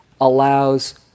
allows